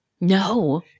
No